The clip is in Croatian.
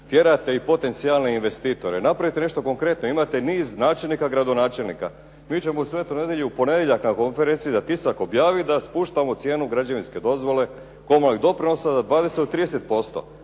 Tjerate i potencijalne investitore. Napravite nešto konkretno. Imate niz načelnika, gradonačelnika. Mi ćemo u Svetoj Nedjelji u ponedjeljak na konferenciji za tisak objaviti da spuštamo cijenu građevinske dozvole, komunalnih doprinosa za 20 do 30%.